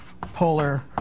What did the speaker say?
polar